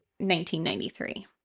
1993